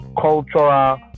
cultural